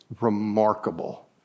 remarkable